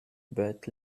but